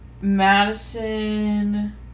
Madison